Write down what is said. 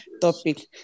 topic